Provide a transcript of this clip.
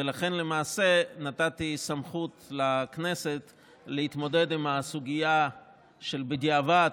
ולכן למעשה נתתי סמכות לכנסת להתמודד עם הסוגיה של בדיעבד,